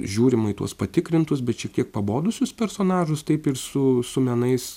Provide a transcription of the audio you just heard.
žiūrima į tuos patikrintus bet šiek tiek pabodusius personažus taip ir su su menais